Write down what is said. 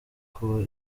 kuba